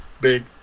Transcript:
big